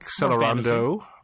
Accelerando